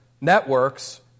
networks